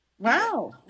Wow